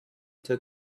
took